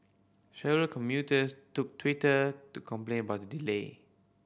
several commuters took Twitter to complain about the delay